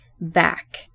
back